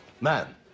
man